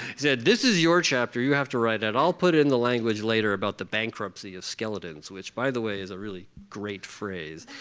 said, this is your chapter. you have to write it. i'll put in the language later about the bankruptcy of skeletons, which by the way is a really great phrase.